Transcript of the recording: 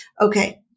Okay